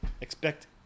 expect